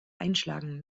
einschlagen